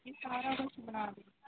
ਜੀ ਸਾਰਾ ਕੁਛ ਬਣਾ ਦਿੰਦੇ